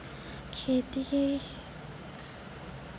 मिर्ची की खेती जैविक तरीका से के ना होते?